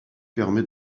permet